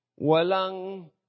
Walang